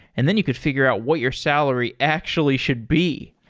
and then you could figure out what your salary actually should be.